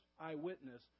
eyewitness